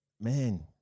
man